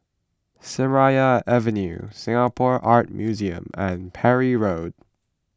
Seraya Avenue Singapore Art Museum and Parry Road